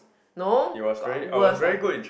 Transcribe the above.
no got worse ah